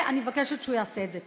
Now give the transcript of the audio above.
ואני מבקשת שהוא יעשה את זה.